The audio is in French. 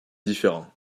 différent